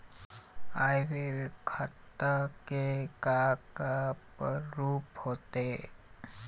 आय व्यय खाता के का का प्रारूप होथे?